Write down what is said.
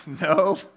No